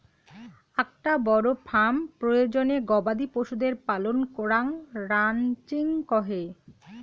আকটা বড় ফার্ম আয়োজনে গবাদি পশুদের পালন করাঙ রানচিং কহে